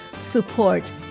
support